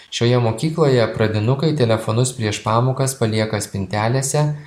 šioje mokykloje pradinukai telefonus prieš pamokas palieka spintelėse